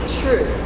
true